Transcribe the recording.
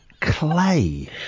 clay